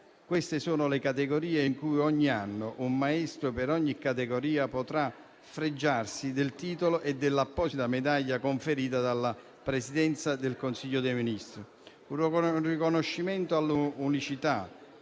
Queste sono le categorie in cui ogni anno un maestro per ogni categoria potrà fregiarsi del titolo e dell'apposita medaglia conferita dalla Presidenza del Consiglio dei ministri: un riconoscimento all'unicità